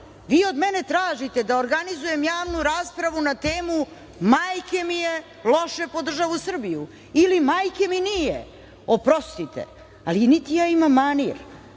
vi od mene tražite da organizujem javnu raspravu na temu „majke mi je loše po državu Srbiju“ ili „majke mi nije“.Oprostite, ali niti ja imam manir